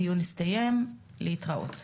הדיון הסתיים, להתראות.